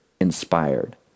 inspired